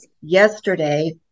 yesterday